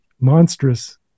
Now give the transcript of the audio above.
monstrous